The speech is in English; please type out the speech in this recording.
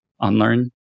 unlearn